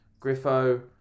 Griffo